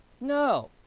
No